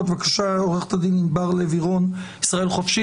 עו"ד ענבר לוי-רון, שתי דקות,